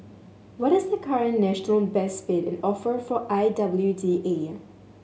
what is the current national best bid and offer for I W D A